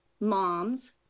moms